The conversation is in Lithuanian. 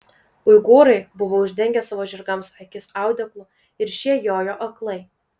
uigūrai buvo uždengę savo žirgams akis audeklu ir šie jojo aklai